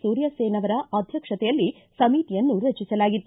ಸೂರ್ಯಸೇನ್ ಅವರ ಅಧ್ಯಕ್ಷತೆಯಲ್ಲಿ ಸಮಿತಿಯನ್ನು ರಚಿಸಲಾಗಿತ್ತು